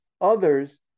others